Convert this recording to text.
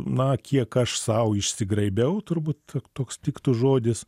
na kiek aš sau išsigraibiau turbūt toks tiktų žodis